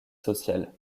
social